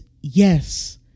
yes